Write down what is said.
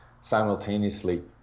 simultaneously